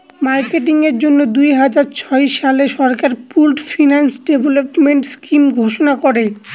marketing এর জন্য দুই হাজার ছয় সালে সরকার পুল্ড ফিন্যান্স ডেভেলপমেন্ট স্কিম ঘোষণা করে